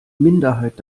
minderheit